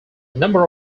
number